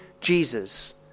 Jesus